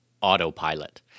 autopilot